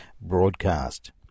broadcast